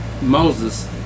Moses